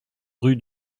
rue